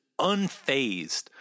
unfazed